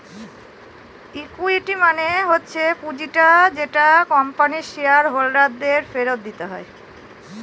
equity মানে হচ্ছে পুঁজিটা যেটা কোম্পানির শেয়ার হোল্ডার দের ফেরত দিতে হয়